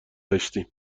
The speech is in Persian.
داشتیم